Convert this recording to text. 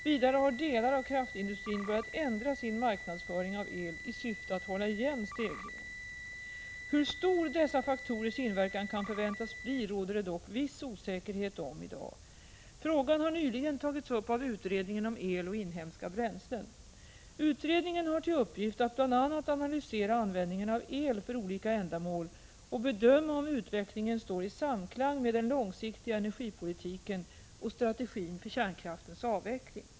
Vidare har delar av kraftindustrin börjat ändra sin marknadsföring av el i syfte att hålla igen stegringen. Hur stor dessa faktorers inverkan kan förväntas bli råder det dock viss osäkerhet om i dag. Frågan har nyligen tagits upp av utredningen om el och inhemska bränslen . Utredningen har till uppgift att bl.a. analysera användningen av el för olika ändamål och bedöma om utvecklingen står i samklang med den långsiktiga energipolitiken och strategin för kärnkraftens avveckling.